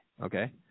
Okay